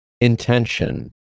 Intention